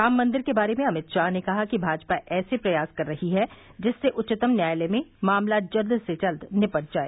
राममंदिर के बारे में अमित शाह ने कहा कि भाजपा ऐसे प्रयास कर रही है जिससे उच्चतम न्यायालय में मामला जल्द से जल्द निपट जाए